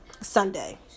Sunday